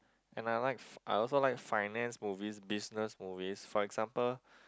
and I like f~ I also like finance movies business movies for example